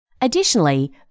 Additionally